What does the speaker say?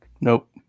Nope